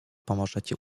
pomożecie